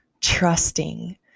trusting